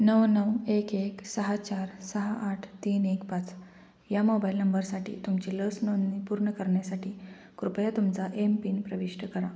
नऊ नऊ एक एक सहा चार सहा आठ तीन एक पाच या मोबाईल नंबरसाठी तुमची लस नोंदणी पूर्ण करण्यासाठी कृपया तुमचा एमपिन प्रविष्ट करा